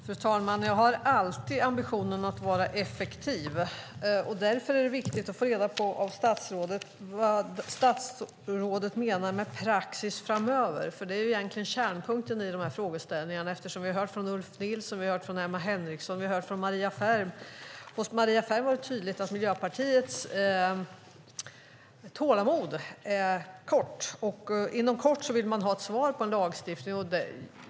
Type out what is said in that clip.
Fru talman! Jag har alltid ambitionen att vara effektiv, som fru talman efterlyste, därför är det viktigt att få reda på vad statsrådet menar med praxis framöver. Det är egentligen kärnpunkten i de här frågeställningarna, som vi har hört från Ulf Nilsson, från Emma Henriksson och från Maria Ferm. Hos Maria Ferm var det tydligt att Miljöpartiets tålamod är kort, och inom kort vill man ha ett besked om en lagstiftning.